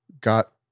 got